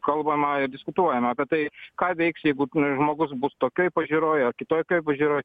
kalbama ir diskutuojama apie tai ką veiks jeigu žmogus bus tokioj pažiūroj ar kitokioj pažiūroj